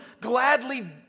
gladly